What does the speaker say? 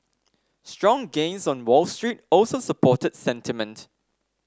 strong gains on Wall Street also supported sentiment